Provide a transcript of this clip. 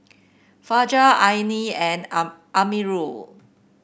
Fajar Aina and Amirul